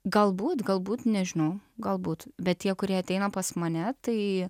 galbūt galbūt nežinau galbūt bet tie kurie ateina pas mane tai